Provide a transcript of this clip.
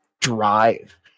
drive